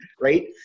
Right